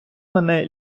мене